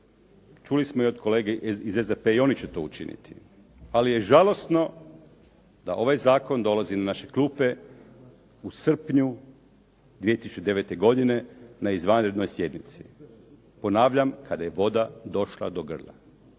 Čuli smo i od kolega iz SDP-a, i oni će to učiniti, ali je i žalosno da ovaj zakon dolazi na naše klupe u srpnju 2009. godine na izvanrednoj sjednici, ponavljam, kada je voda došla do grla.